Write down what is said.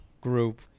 group